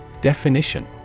Definition